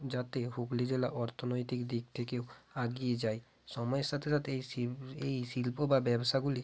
যাতে হুগলি জেলা অর্থনৈতিক দিক থেকেও এগিয়ে যায় সময়ের সাথে সাথে এই শিল্প এই শিল্প বা ব্যবসাগুলি